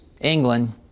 England